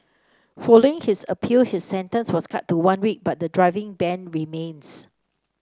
following his appeal his sentence was cut to one week but the driving ban remains